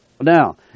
Now